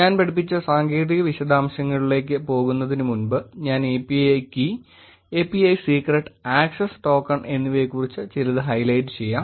ഞാൻ പഠിപ്പിച്ച സാങ്കേതിക വിശദാംശങ്ങളിലേക്ക് പോകുന്നതിനുമുമ്പ് ഞാൻ API key API secret access token എന്നിവയെക്കുറിച്ച് ചിലത് ഹൈലൈറ്റ് ചെയ്യാം